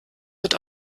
wird